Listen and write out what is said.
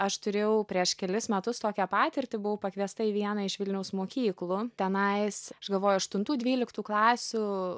aš turėjau prieš kelis metus tokią patirtį buvau pakviesta į vieną iš vilniaus mokyklų tenais aš galvoju aštuntų dvyliktų klasių